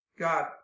God